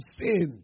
sinned